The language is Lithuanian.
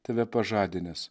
tave pažadinęs